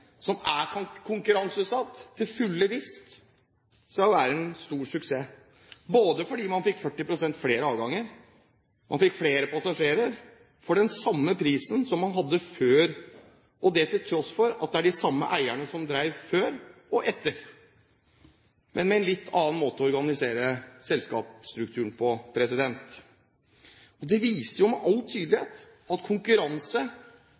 som er konkurranseutsatt, til fulle vist seg å være en stor suksess, fordi man fikk 40 pst. flere avganger og flere passasjerer for den samme prisen som man hadde før, og det til tross for at det er de samme eierne som driver, både før og etter, men med en litt annen måte å organisere selskapsstrukturen på. Det viser jo med all tydelighet at konkurranse